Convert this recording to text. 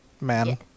Man